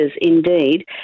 indeed